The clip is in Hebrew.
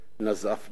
נזף בי.